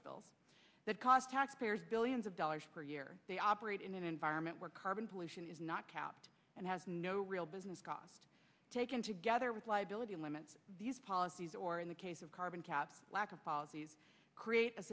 spill that cost taxpayers billions of dollars per year they operate in an environment where carbon pollution is not capped and has no real business cost taken together with liability limits these policies or in the case of carbon cap lack of policies create a